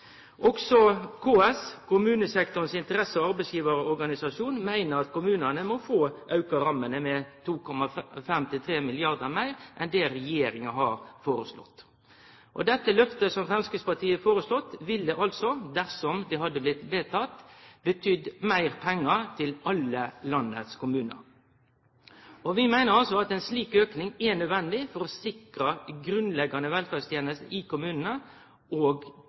Også KS – kommunesektorens interesse- og arbeidsgivarorganisasjon – meiner at kommunane må få auka rammene med 2,5–3 mrd. kr meir enn det regjeringa har foreslått. Dette lyftet som Framstegspartiet har foreslått, ville dersom det hadde blitt vedteke, betydd meir pengar til alle landets kommunar. Vi meiner at ei slik auking er nødvendig for å sikre grunnleggjande velferdstenester i kommunane